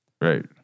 Right